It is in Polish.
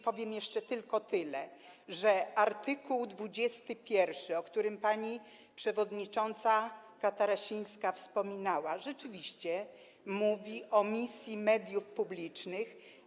Powiem jeszcze tylko tyle, że art. 21, o którym pani przewodnicząca Katarasińska wspominała, rzeczywiście mówi o misji mediów publicznych.